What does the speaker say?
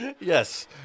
Yes